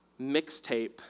mixtape